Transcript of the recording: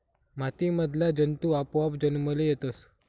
माती मधला जंतु आपोआप जन्मले येतस